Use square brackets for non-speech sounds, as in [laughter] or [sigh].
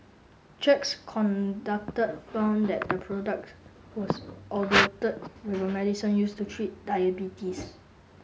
checks conducted found that the products was [unintelligible] with a medicine used to treat diabetes